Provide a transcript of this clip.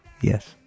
Yes